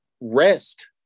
rest